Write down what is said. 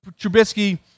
Trubisky